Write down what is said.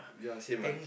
ya same as